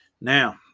Now